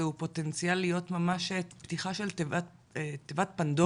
הוא פוטנציאל להיות ממש פתיחה של תיבת פנדורה,